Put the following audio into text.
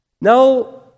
Now